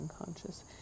unconscious